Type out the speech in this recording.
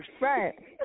Right